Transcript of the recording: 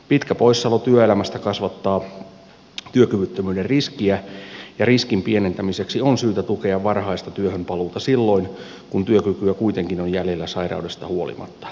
pitkä poissaolo työelämästä kasvattaa työkyvyttömyyden riskiä ja riskin pienentämiseksi on syytä tukea varhaista työhönpaluuta silloin kun työkykyä kuitenkin on jäljellä sairaudesta huolimatta